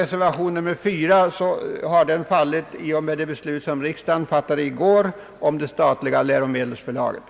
Reservation 4 har fallit i och med det beslut som riksdagen fattade i går om det statliga läromedelsförlaget.